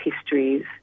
histories